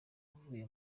uvuye